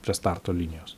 prie starto linijos